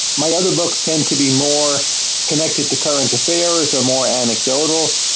my other books tend to be more connected to current affairs, are more anecdotal,